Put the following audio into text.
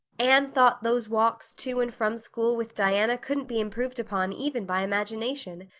anne thought those walks to and from school with diana couldn't be improved upon even by imagination.